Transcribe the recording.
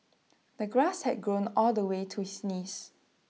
the grass had grown all the way to his knees